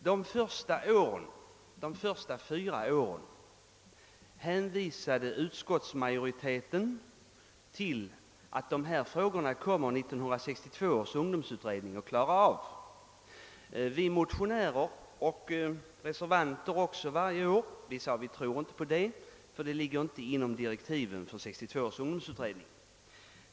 De första fyra åren hänvisade utskottsmajoriteten till att 1962 års ungdomsutredning skulle klara av dessa frågor. Vi motionärer och reservanter sade varje år att vi inte trodde på det, därför att frågan inte omfattades av direktiven för utredningen.